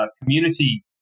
community